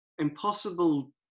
impossible